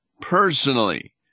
personally